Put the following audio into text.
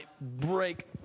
break